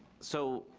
so,